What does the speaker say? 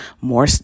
more